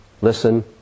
Listen